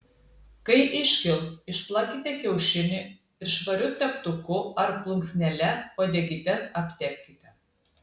kai iškils išplakite kiaušinį ir švariu teptuku ar plunksnele uodegytes aptepkite